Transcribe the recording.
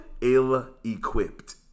Ill-equipped